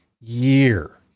year